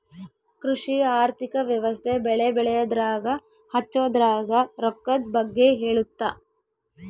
ಕೃಷಿ ಆರ್ಥಿಕ ವ್ಯವಸ್ತೆ ಬೆಳೆ ಬೆಳೆಯದ್ರಾಗ ಹಚ್ಛೊದ್ರಾಗ ರೊಕ್ಕದ್ ಬಗ್ಗೆ ಹೇಳುತ್ತ